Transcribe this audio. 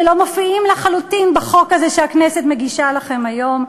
שלא מופיעים לחלוטין בחוק הזה שהכנסת מגישה לכם היום.